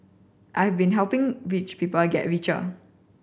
I have been helping rich people get richer